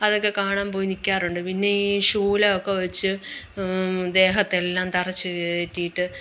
അതൊക്കെ കാണാൻ പോയി നിൽക്കാറുണ്ട് പിന്നേ ഈ ശൂലം ഒക്കെ വെച്ച് ദേഹത്തെല്ലാം തറച്ചു കയറ്റിയിട്ട്